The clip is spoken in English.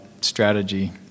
strategy